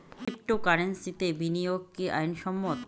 ক্রিপ্টোকারেন্সিতে বিনিয়োগ কি আইন সম্মত?